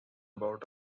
about